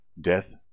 death